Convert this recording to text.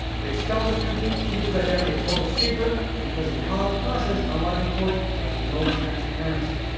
they expel the student but keep his identity a total secret because the college process, unlike a court, has no transparency.